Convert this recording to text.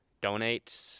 donate